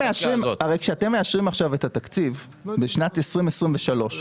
כשאתם מאשרים עכשיו את התקציב לשנת 2023,